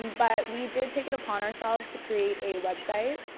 um but we did take it upon ourselves to create a website.